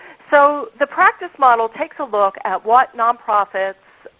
so the practice model takes a look at what nonprofits